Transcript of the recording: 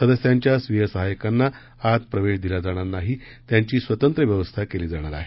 सदस्यांच्या स्वीय सहाय्यकांना आत प्रवेश दिला जाणार नाही त्यांची स्वतंत्र व्यवस्था केली जाणार आहे